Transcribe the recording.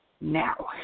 now